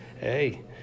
Hey